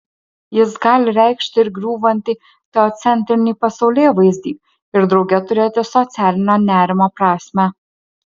jis gali reikšti ir griūvantį teocentrinį pasaulėvaizdį ir drauge turėti socialinio nerimo prasmę